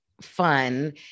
fun